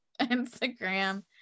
Instagram